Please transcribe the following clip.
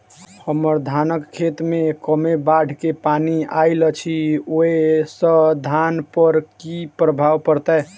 हम्मर धानक खेत मे कमे बाढ़ केँ पानि आइल अछि, ओय सँ धान पर की प्रभाव पड़तै?